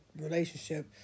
relationship